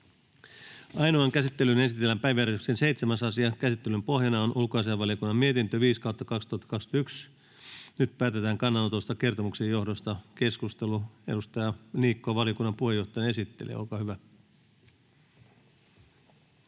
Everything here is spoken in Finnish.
Ainoaan käsittelyyn esitellään päiväjärjestyksen 7. asia. Käsittelyn pohjana on ulkoasiainvaliokunnan mietintö UaVM 5/2021 vp. Nyt päätetään kannanotosta kertomuksen johdosta. — Keskustelu, ja edustaja Niikko, valiokunnan puheenjohtaja, esittelee, olkaa hyvä.